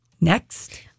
Next